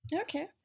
Okay